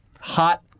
Hot